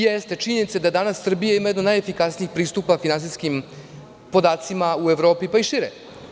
Jeste, činjenica je da danas Srbija ima jedan od najefikasnijih pristupa finansijskim podacima u Evropi, pa i šire.